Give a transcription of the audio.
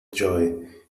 joy